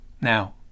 Now